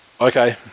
Okay